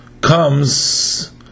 comes